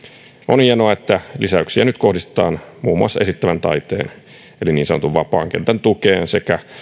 on hienoa että lisäyksiä nyt kohdistetaan muun muassa esittävän taiteen niin sanotun vapaan kentän tukeen sekä